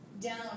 down